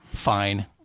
Fine